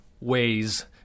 ways